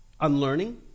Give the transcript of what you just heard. unlearning